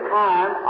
time